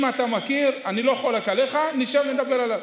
אם אתה מכיר, אני לא חולק עליך, נשב ונדבר עליו.